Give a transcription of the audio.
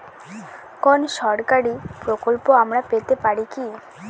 কোন সরকারি প্রকল্প আমরা পেতে পারি কি?